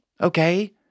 Okay